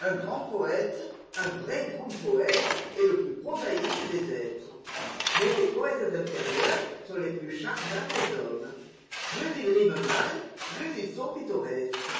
un grand poète un vrai grand poète est le plus prosaïque des êtres mais les poètes inférieurs sont les plus charmeurs des hommes plus ils riment mal plus ils sont pitto resques